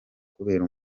kubera